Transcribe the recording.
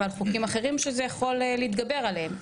ועל חוקים אחרים שזה יכול להתגבר עליהם,